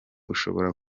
ushobora